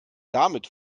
damit